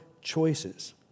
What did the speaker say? choices